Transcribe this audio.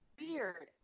weird